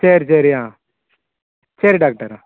சரி சரி ஆ சரி டாக்டர்